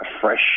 fresh